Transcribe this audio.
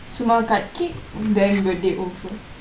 சும்மா:summa cut cake then birthday over